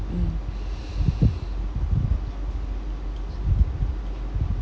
mm